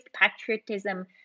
patriotism